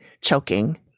choking